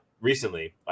recently